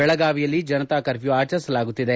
ಬೆಳಗಾವಿಯಲ್ಲಿ ಜನತಾ ಕರ್ಫ್ಯೂ ಆಚರಿಸಲಾಗುತ್ತಿದೆ